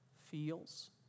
feels